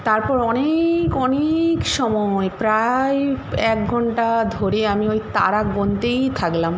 তারপর অনেক অনেক সময় প্রায় এক ঘণ্টা ধরে আমি তারা গুনতেই থাকলাম